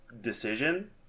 decision